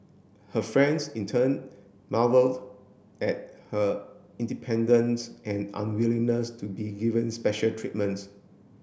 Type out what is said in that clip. her friends in turn marvelled at her independence and unwillingness to be given special treatments